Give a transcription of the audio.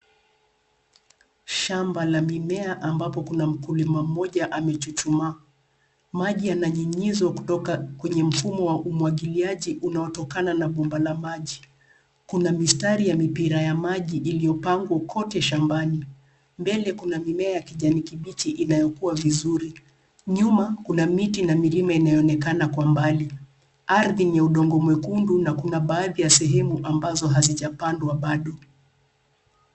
Shamba la mimea ambapo kuna mkulima mmoja amechuchumaa. Maji yananyunyizwa kutoka kwenye mfumo wa umwagiliaji unaotokana na bomba la maji. Kuna mistari ya mipira ya maji iliyopangwa kote shambani. Mbele kuna mimea ya kijani kibichi inayokua vizuri. Nyuma kuna miti na milima inayoonekana kwa mbali, ardhi yenye udongo mwekundu na kuna baadhi ya sehemu hazijapandwa bado.